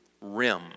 rim